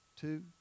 two